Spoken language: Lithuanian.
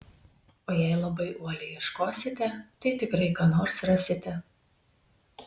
o jei labai uoliai ieškosite tai tikrai ką nors rasite